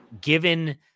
given –